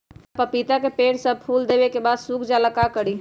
हमरा पतिता के पेड़ सब फुल देबे के बाद सुख जाले का करी?